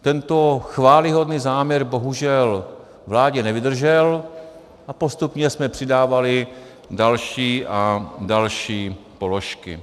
Tento chvályhodný záměr bohužel vládě nevydržel a postupně jsme přidávali další a další položky.